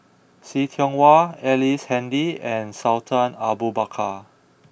See Tiong Wah Ellice Handy and Sultan Abu Bakar